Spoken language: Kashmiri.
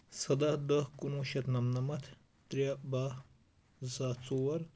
سَداہ دہ کُنوُہ شیٚتھ نَمنَمَتھ ترٛےٚ بہہ زٕ ساس ژور